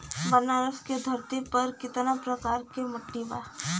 बनारस की धरती पर कितना प्रकार के मिट्टी बा?